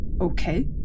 okay